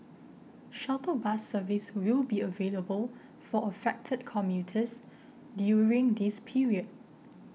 shuttle bus service will be available for affected commuters during this period